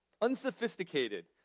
unsophisticated